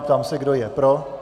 Ptám se, kdo je pro.